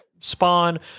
spawn